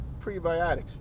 prebiotics